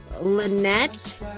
lynette